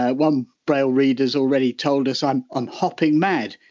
ah one braille reader's already told us i'm and hopping mad,